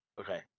Okay